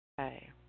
Okay